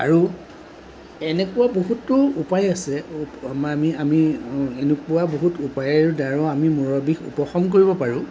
আৰু এনেকুৱা বহুতো উপায় আছে আমি আমি এনেকুৱা বহুত উপায়ৰ দ্বাৰাও আমি মূৰৰ বিষ উপশম কৰিব পাৰোঁ